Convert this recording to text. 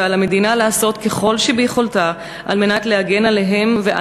ועל המדינה לעשות ככל שביכולתה על מנת להגן עליהם ועל